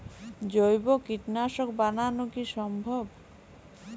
জৈব কীটনাশক বানানো কি সম্ভব?